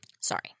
Sorry